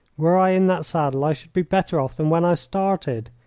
were i in that saddle i should be better off than when i started.